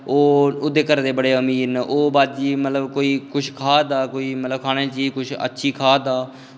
ओह्दे घरे दे बड़े अमीर न ओह् बाजी मतलब कुछ खा'रदा मतलब कुछ अच्छी खा'रदा